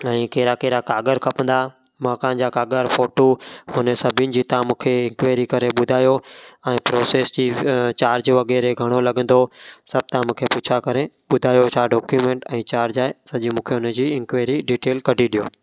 ऐं कहिड़ा कहिड़ा काग़र खपंदा मकान जा काग़र फ़ोटू हुन सभिनि जी तव्हां मूंखे इंक्वाएरी करे ॿुधायो ऐं प्रोसेस जी चार्ज वग़ैरह घणो लॻंदो सभु तव्हां मूंखे पुछा करे ॿुधायो छा डोक्यूमेंट ऐं चार्ज आहे सॼी मूंखे तव्हां उनजी इंक्वेरी डीटेल कढी ॾियो